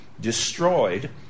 destroyed